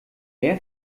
mehr